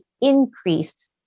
increased